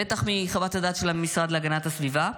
בטח מחוות הדעת של המשרד להגנת הסביבה.